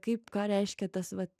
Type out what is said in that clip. kaip ką reiškia tas vat